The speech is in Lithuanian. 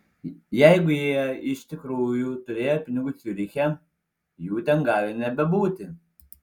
jeigu jie iš tikrųjų turėjo pinigų ciuriche jų ten gali nebebūti